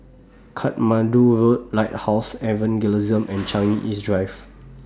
Katmandu Road Lighthouse Evangelism and Changi East Drive